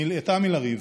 נלאתה מלריב.